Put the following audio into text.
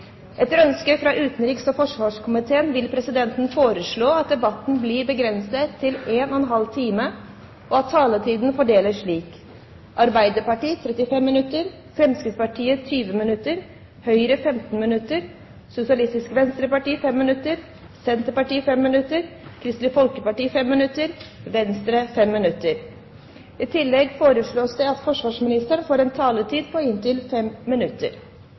Arbeiderpartiet 35 minutter, Fremskrittspartiet 20 minutter, Høyre 15 minutter, Sosialistisk Venstreparti 5 minutter, Senterpartiet 5 minutter, Kristelig Folkeparti 5 minutter og Venstre 5 minutter. I tillegg foreslås det at forsvarsministeren får en taletid på inntil 5 minutter.